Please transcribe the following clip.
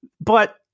But-